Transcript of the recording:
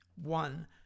one